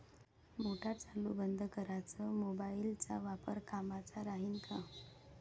Motor चालू बंद कराच मोबाईलचा वापर कामाचा राहीन का?